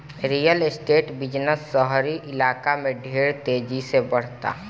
real estate business शहरी इलाका में ढेर तेजी से बढ़ता